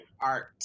art